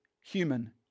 human